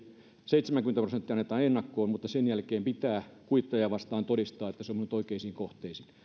seitsemänkymmentä prosenttia annetaan ennakkoon mutta sen jälkeen pitää kuitteja vastaan todistaa että se on mennyt oikeisiin kohteisiin